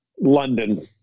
london